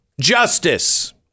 justice